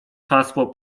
hasło